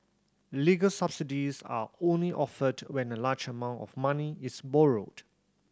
legal subsidies are only offered when a large amount of money is borrowed